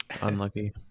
unlucky